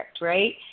right